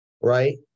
right